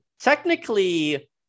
technically